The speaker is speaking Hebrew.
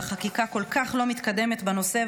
והחקיקה כל כך לא מתקדמת בנושא.